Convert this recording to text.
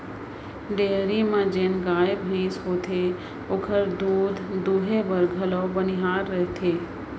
dairy म जेन गाय भईंस होथे ओकर दूद दुहे बर घलौ बनिहार रखथें